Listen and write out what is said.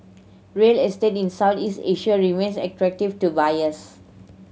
real estate Southeast Asia remains attractive to buyers